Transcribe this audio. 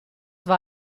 war